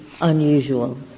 unusual